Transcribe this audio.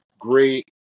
Great